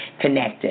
connected